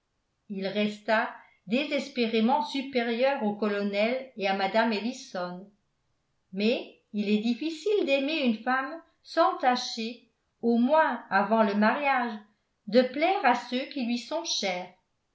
il resta désespérément supérieur au colonel et à mme ellison mais il est difficile d'aimer une femme sans tâcher au moins avant le mariage de plaire à ceux qui lui sont chers